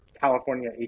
California